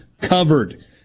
covered